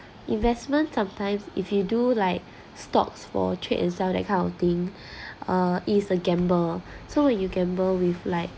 investment sometimes if you do like stocks for trade and sell that kind of thing uh is a gamble so you gamble with like